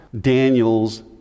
Daniel's